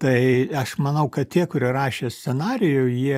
tai aš manau kad tie kurie rašė scenarijų jie